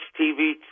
TV